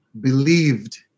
believed